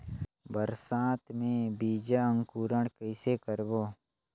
बरसात मे बीजा अंकुरण कइसे करबो?